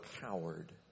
coward